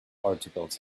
articles